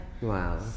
Wow